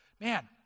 Man